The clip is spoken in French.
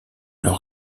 leur